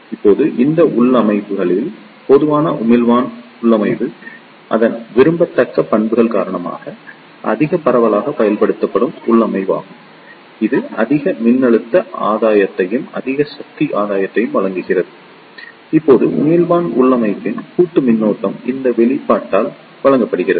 இப்போது இந்த உள்ளமைவுகளில் பொதுவான உமிழ்ப்பான் உள்ளமைவு அதன் விரும்பத்தக்க பண்புகள் காரணமாக அதிக பரவலாக பயன்படுத்தப்படும் உள்ளமைவாகும் இது அதிக மின்னழுத்த ஆதாயத்தையும் அதிக சக்தி ஆதாயத்தையும் வழங்குகிறது இப்போது உமிழ்ப்பான் உள்ளமைவின் கூட்டு மின்னோட்டம் இந்த வெளிப்பாட்டால் வழங்கப்படுகிறது